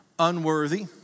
Unworthy